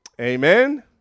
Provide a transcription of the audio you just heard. Amen